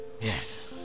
yes